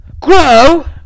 Grow